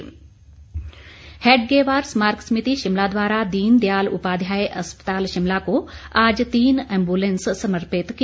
हेडगेवार हेडगेवार स्मारक समिति शिमला द्वारा दीनदयाल उपाध्याय अस्पताल शिमला को आज तीन एम्बुलेंस समर्पित की